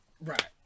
Right